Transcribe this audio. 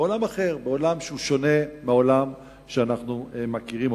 בעולם שהוא שונה מהעולם שאנחנו מכירים.